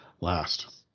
last